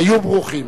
היו ברוכים.